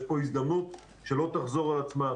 יש פה הזדמנות שלא תחזור על עצמה.